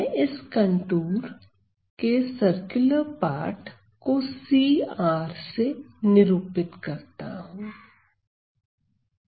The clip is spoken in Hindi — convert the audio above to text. मैं इस कंटूर के सर्कुलर पार्ट को cR से निरूपित करता हूं